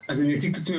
אציג את עצמי,